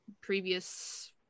previous